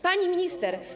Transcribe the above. Pani Minister!